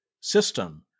system